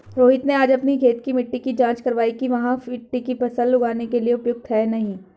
रोहित ने आज अपनी खेत की मिट्टी की जाँच कारवाई कि वहाँ की मिट्टी फसल उगाने के लिए उपयुक्त है या नहीं